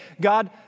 God